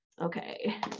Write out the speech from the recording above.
Okay